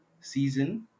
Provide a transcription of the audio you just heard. season